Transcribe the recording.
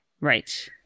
right